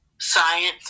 science